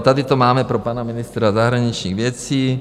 Tady to máme pro pana ministra zahraničních věcí.